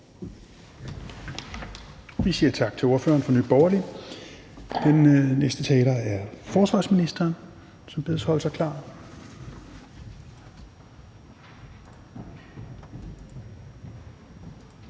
Vi siger tak til ordføreren for Nye Borgerlige. Den næste taler er forsvarsministeren, som bedes holde sig klar.